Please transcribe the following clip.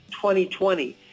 2020